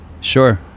Sure